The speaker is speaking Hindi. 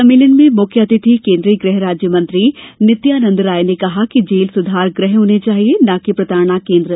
सम्मेलन में मुख्य अतिथि केन्द्रीय गृह राज्य मंत्री नित्यानंद राय ने कहा कि जेल सुधार गृह होने चाहिए ना कि प्रताड़ना केन्द्र